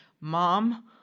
Mom